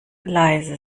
leise